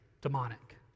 demonic